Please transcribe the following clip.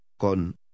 con